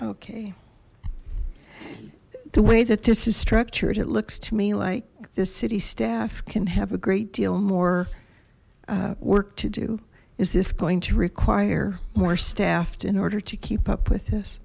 okay the way that this is structured it looks to me like the city staff can have a great deal more work to do is this going to require more staffed in order to keep up with